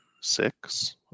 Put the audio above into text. six